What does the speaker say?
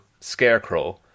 Scarecrow